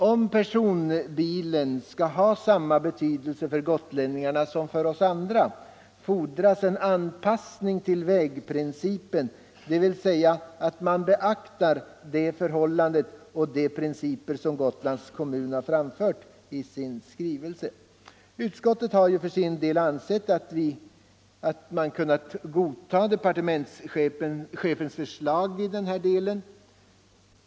Om personbilen skall ha samma betydelse för gotlänningarna som för oss andra, fordras en anpassning till vägprincipen, dvs. att man beaktar det förhållande och de principer som Gotlands kommun har anfört i sin skrivelse till departementet. Utskottet har för sin del ansett sig kunna godta departementschefens förslag i denna del.